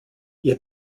ihr